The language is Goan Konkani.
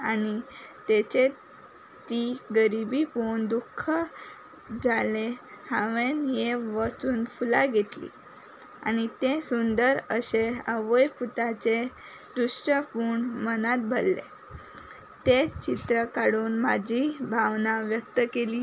आनी तेचे ती गरिबी पळोवन दुख्ख जालें हांवें हे वचून फुलां घेतली आनी तें सुंदर अशें आवय पुताचें दृश्य पळोवन मनात भल्लें तें चित्र काडून म्हजी भावना व्यक्त केली